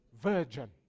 virgin